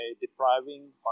depriving